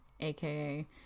aka